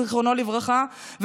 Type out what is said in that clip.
זיכרונו לברכה,